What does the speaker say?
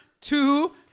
two